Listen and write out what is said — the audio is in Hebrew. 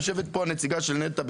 יושבת פה הנציגה של נת"ע,